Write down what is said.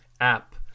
app